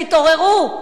תתעוררו.